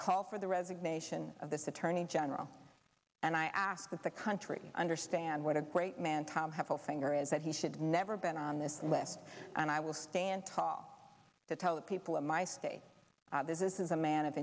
call for the resignation of this attorney general and i ask that the country understand what a great man tom have a finger is that he should never been on this list and i will stand tall to tell the people of my state this is a man of